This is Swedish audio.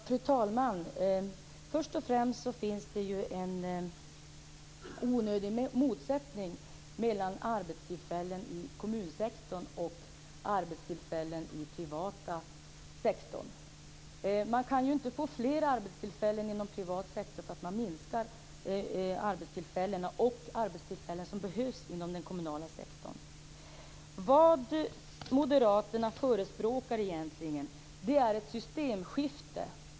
Fru talman! Först och främst finns det en onödig motsättning mellan arbetstillfällen i kommunsektorn och arbetstillfällen i den privata sektorn. Man kan ju inte få fler arbetstillfällen i privat sektor om man minskar de arbetstillfällen som behövs inom den kommunala sektorn. Vad moderaterna egentligen förespråkar är ett systemskifte.